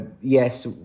Yes